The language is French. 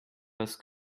parce